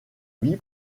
vie